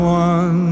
one